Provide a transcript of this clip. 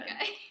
okay